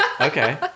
Okay